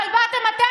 איך את עושה את זה?